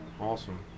Awesome